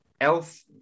elf